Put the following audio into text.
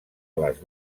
les